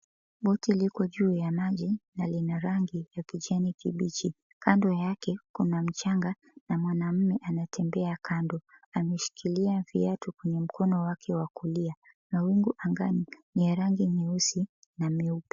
Boti liko juu ya maji na lina rangi ya kijani kibichi. Kando yake kuna mchanga na mwanaume anatembea kando ameshikilia viatu kwenye mkono wake wa kulia. Mawingu angani ni ya rangi nyeusi na meupe.